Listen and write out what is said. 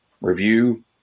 review